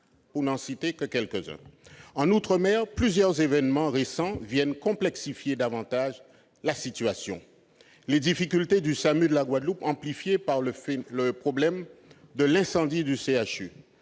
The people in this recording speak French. En outre-mer, plusieurs événements récents viennent complexifier davantage la situation : les difficultés du SAMU de la Guadeloupe, amplifiées par le problème de l'incendie du CHU